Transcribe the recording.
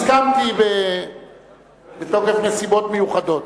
הסכמתי בתוקף נסיבות מיוחדות.